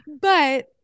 But-